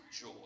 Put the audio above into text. joy